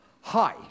Hi